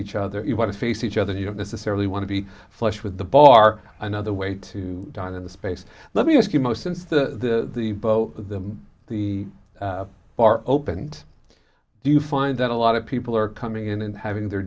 each other you want to face each other you know necessarily want to be flush with the bar another way to dine in the space let me ask you most since the both of them the bar opened do you find that a lot of people are coming in and having their